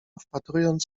wpatrując